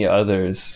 others